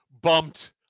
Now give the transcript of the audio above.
bumped